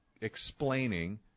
explaining